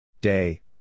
Day